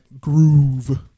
groove